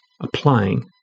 applying